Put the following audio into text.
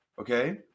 Okay